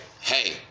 hey